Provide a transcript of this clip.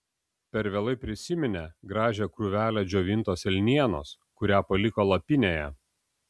per vėlai prisiminė gražią krūvelę džiovintos elnienos kurią paliko lapinėje